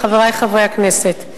חברי הכנסת,